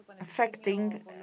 affecting